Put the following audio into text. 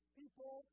people